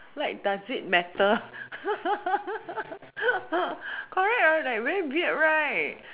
like does it matter correct like very weird right